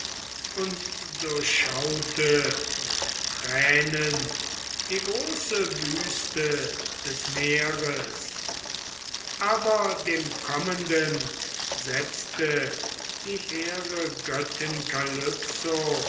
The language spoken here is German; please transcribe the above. und durchschaute mit tränen die große wüste des meeres aber dem kommenden setzte die hehre